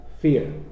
fear